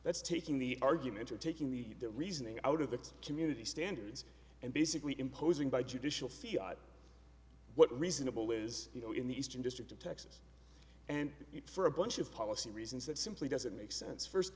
that's taking the argument or taking the reasoning out of the community standards and basically imposing by judicial feel what reasonable is you know in the eastern district of texas and for a bunch of policy reasons that simply doesn't make sense first